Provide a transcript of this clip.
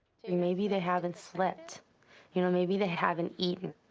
and maybe they haven't slept you know maybe they haven't eaten.